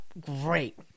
great